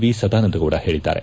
V Sadananda Gowda ಹೇಳಿದ್ದಾರೆ